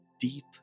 deep